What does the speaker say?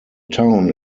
town